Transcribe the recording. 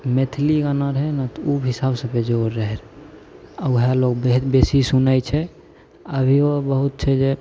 मेथिली गाना रहै ने तऽ ओभी सबसे बेजोड़ रहै रहऽ आ ओहए लोग बेसी सुनैत छै अभियो बहुत छै जे